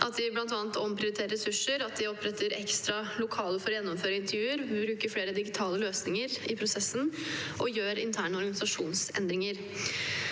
at de bl.a. omprioriterer ressurser, oppretter ekstra lokaler for å gjennomføre intervjuer, bruker flere digitale løsninger i prosessen og gjør interne organisasjonsendringer.